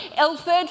Ilford